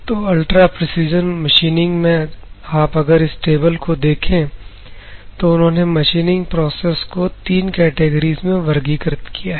तो ultra precision machining मैं आप अगर इस टेबल को देखें तो उन्होंने मशीनिंग प्रोसेस को तीन कैटिगरीज में वर्गीकृत किया है